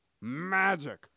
Magic